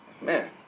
Man